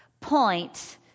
point